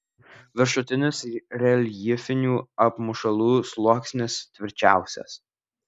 viršutinis reljefinių apmušalų sluoksnis tvirčiausias